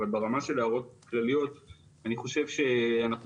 אבל ברמה של ההערות הכלליות אני חושב שאנחנו